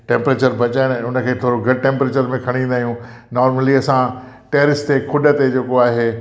temperature बचाइण उन खे थोरो घटि टेंप्रेचर में खणी ईंदा आहियूं नॉर्मली असां टेरिस ते खुड ते जेको आहे